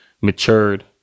matured